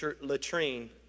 latrine